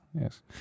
yes